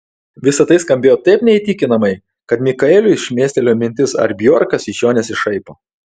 visa tai skambėjo taip neįtikimai kad mikaeliui šmėstelėjo mintis ar bjorkas iš jo nesišaipo